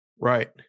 Right